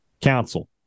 Council